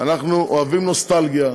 אנחנו אוהבים נוסטלגיה,